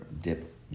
dip